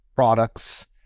products